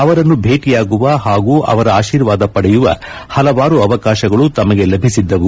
ಅವರನ್ನು ಭೀಟಿಯಾಗುವ ಹಾಗೂ ಅವರ ಆಶೀರ್ವಾದ ಪಡೆಯುವ ಹಲವಾರು ಅವಕಾಶಗಳು ತಮಗೆ ಲಭಿಸಿದ್ದವು